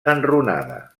enrunada